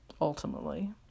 Ultimately